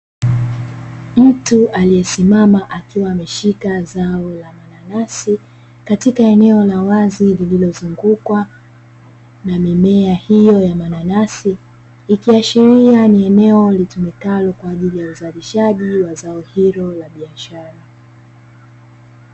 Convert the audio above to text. Mtu aliyesimama akiwa ameshika zao la mananasi katika eneo la wazi; lililozungukwa na mimea hiyo ya mananasi, ikiashiria ni eneo lilitumikalo kwa ajili ya uzalishaji wa zao hilo la biashara.